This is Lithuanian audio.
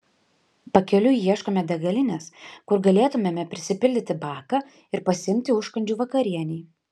pakeliui ieškome degalinės kur galėtumėme prisipildyti baką ir pasiimti užkandžių vakarienei